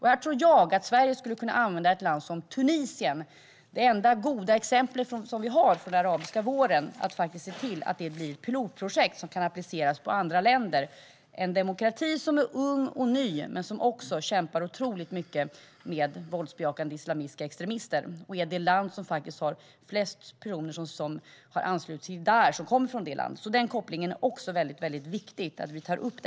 Här tror jag att Sverige skulle kunna använda ett land som Tunisien - det enda goda exempel som vi har från den arabiska våren - och se till att det blir ett pilotprojekt som kan appliceras på andra länder. Det är en demokrati som är ung och ny men som också kämpar otroligt mycket mot våldsbejakande islamistiska extremister. Det är det land som faktiskt har flest spioner som har anslutit sig till Daish. Den kopplingen är det också väldigt viktigt att vi tar upp.